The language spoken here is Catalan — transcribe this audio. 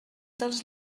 dels